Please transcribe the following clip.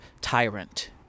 tyrant